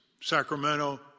Sacramento